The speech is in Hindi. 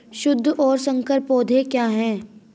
शुद्ध और संकर पौधे क्या हैं?